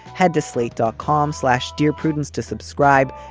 head to slate dot com slash dear prudence to subscribe.